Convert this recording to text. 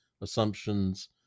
assumptions